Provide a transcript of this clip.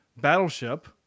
Battleship